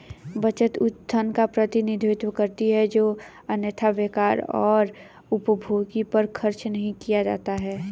बचत उस धन का प्रतिनिधित्व करती है जो अन्यथा बेकार है और उपभोग पर खर्च नहीं किया जाता है